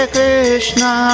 Krishna